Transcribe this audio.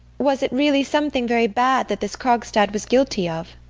was it really something very bad that this krogstad was guilty of?